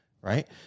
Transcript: right